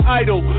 idol